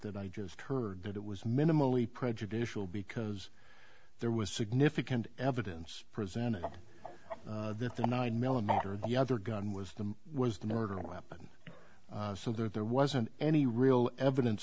that i just heard that it was minimally prejudicial because there was significant evidence presented that the nine millimeter the other gun was the was the murder weapon so that there wasn't any real evidence